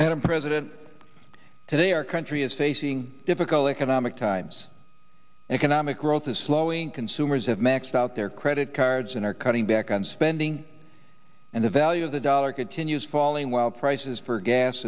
madam president today our country is facing difficult economic times and economic growth is slowing consumers have maxed out their credit cards and are cutting back on spending and the value of the dollar continues falling while prices for gas